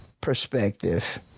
perspective